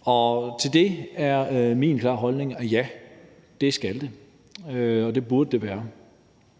og til det er min klare holdning, at ja, det skal det, og at det burde det være.